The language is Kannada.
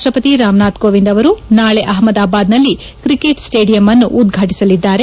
ರಾಷ್ಟ್ರಪತಿ ರಾಮನಾಥ್ ಕೋವಿಂದ್ ಅವರು ನಾಳೆ ಅಹಮದಾಬಾದ್ನಲ್ಲಿ ಕ್ರಿಕೆಟ್ ಸ್ಟೇಡಿಯಂ ಅನ್ನು ಉದ್ಘಾಟಿಸಲಿದ್ದಾರೆ